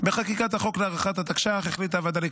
ומטרתה להאריך את החוק שתיקן והאריך את